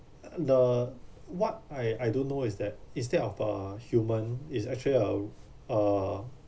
uh the what I I don't know is that instead of uh human it's actually a r~ uh